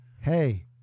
Hey